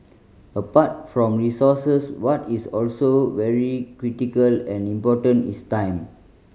apart from resources what is also very critical and important is time